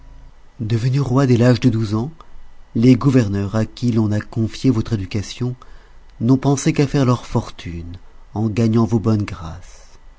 devenu roi dès l'âge de douze ans les gouverneurs à qui l'on a confié votre éducation n'ont pensé qu'à faire leur fortune en gagnant vos bonnes grâces